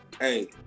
hey